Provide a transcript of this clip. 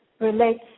relates